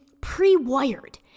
pre-wired